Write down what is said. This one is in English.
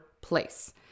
place